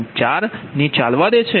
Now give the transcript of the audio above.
4 ચાલવા દે છે